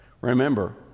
Remember